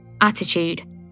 attitude